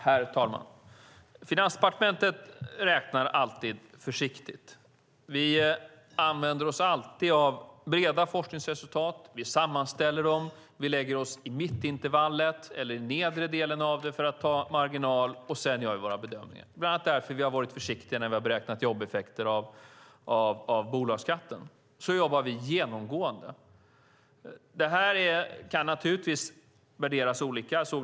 Herr talman! Finansdepartementet räknar alltid försiktigt. Vi använder oss alltid av breda forskningsresultat. Vi sammanställer dem. Vi lägger oss mitt i intervallet eller i den nedre delen av det för att ha marginal, och sedan gör vi våra bedömningar. Det är bland annat därför vi har varit försiktiga när vi har beräknat jobbeffekter av bolagsskatten. Så jobbar vi genomgående. Det kan naturligtvis värderas olika.